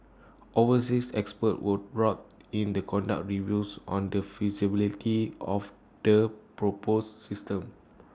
overseas experts were brought in the conduct reviews on the feasibility of the proposed system